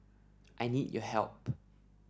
I need your help